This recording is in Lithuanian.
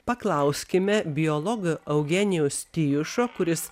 paklauskime biologo eugenijaus tijušo kuris